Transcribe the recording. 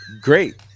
Great